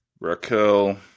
Raquel